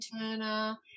Turner